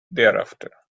thereafter